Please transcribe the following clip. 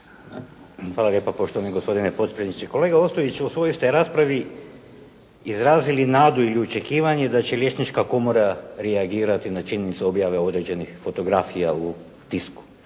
Hvala lijepa poštovani gospodine potpredsjedniče. Kolega Ostojić u svojoj ste raspravi izrazili nadu ili očekivanje da će Liječnička komora reagirati na činjenicu objave određenih fotografija u tisku.